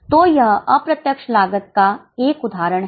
तो यह अप्रत्यक्ष लागत का एक उदाहरण है